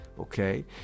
Okay